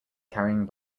carrying